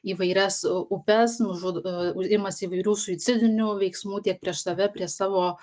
įvairias upes nužud a imasi įvairių suicidinių veiksmų tiek prieš save prie savo